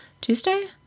tuesday